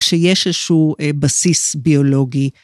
שיש איזשהו בסיס ביולוגי.